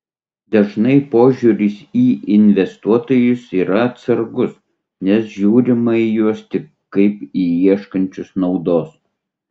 dažnai požiūris į investuotojus yra atsargus nes žiūrima į juos tik kaip į ieškančius naudos